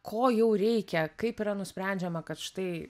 ko jau reikia kaip yra nusprendžiama kad štai